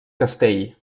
castell